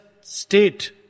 state